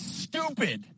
stupid